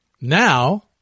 now